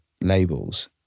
labels